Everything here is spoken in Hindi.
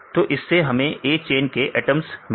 तो इससे क्या हमें A चेन के एटम्स मिल गया